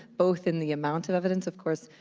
both in the amount of evidence. of course,